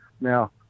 Now